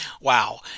wow